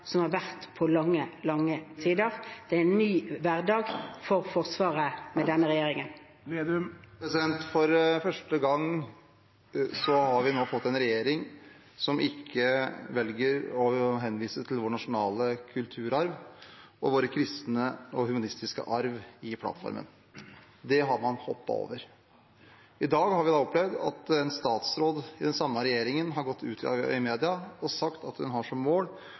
som har vært på lange, lange tider. Det er en ny hverdag for Forsvaret under denne regjeringen. For første gang har vi fått en regjering som ikke velger å henvise til vår nasjonale kulturarv og vår kristne og humanistiske arv i plattformen. Det har man hoppet over. I dag har vi opplevd at en statsråd i den samme regjeringen har gått ut i media og sagt at en har som mål